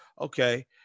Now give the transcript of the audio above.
okay